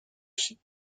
chine